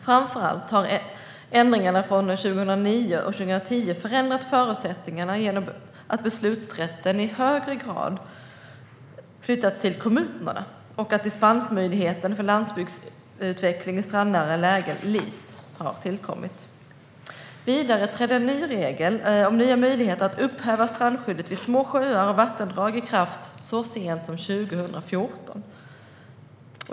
Framför allt har ändringarna från 2009 och 2010 förändrat förutsättningarna genom att beslutsrätten i högre grad har flyttats till kommunerna och att dispensmöjligheten för landsbygdsutveckling i strandnära lägen, LIS, har tillkommit. Vidare trädde en regel om nya möjligheter för att upphäva strandskyddet vid små sjöar och vattendrag i kraft så sent som år 2014.